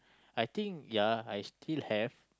I think ya I still have